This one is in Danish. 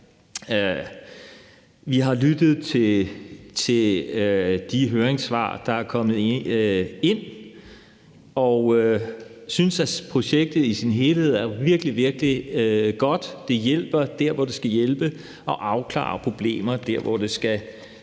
Vi har lyttet til de høringssvar, der er kommet ind, og synes, at projektet i sin helhed er virkelig, virkelig godt. Det hjælper der, hvor det skal hjælpe, og afklarer problemer der, hvor det skal gøre